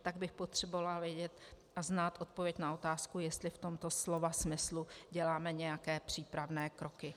Tak bych potřebovala vědět a znát odpověď na otázku, jestli v tomto slova smyslu děláme nějaké přípravné kroky.